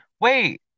Wait